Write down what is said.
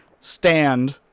stand